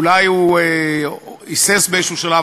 אולי הוא היסס באיזשהו שלב,